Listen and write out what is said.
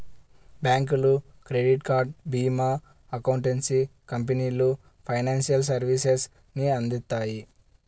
బ్యాంకులు, credit card, భీమా, accountancy కంపెనీలు ఫైనాన్షియల్ సర్వీసెస్ ని అందిత్తాయి